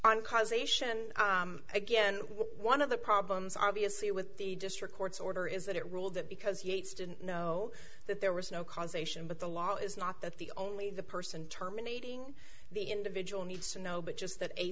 on causation again one of the problems obviously with the just her court order is that it ruled that because he hates didn't know that there was no causation but the law is not that the only the person terminating the individual needs to know but just that a